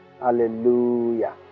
Hallelujah